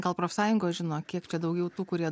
gal profsąjungos žino kiek daugiau tų kurie